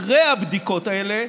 אחרי הבדיקות האלה,